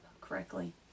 correctly